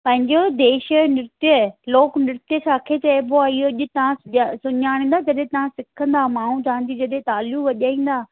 पंहिंजो देश जो नृत्य लोकनृत्य असांखे चइबो आहे इहो अॼु तव्हां सुञाणिंदा जॾहिं तव्हां सिखंदा माण्हू तव्हांजी जॾहिं तालियूं वजाईंदा